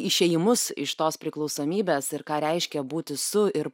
išėjimus iš tos priklausomybės ir ką reiškia būti su ir